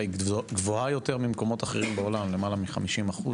היא גבוהה יותר ממקומות אחרים בעולם - למעלה מ-50%.